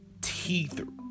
teeth